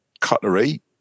cutlery